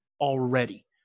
already